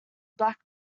black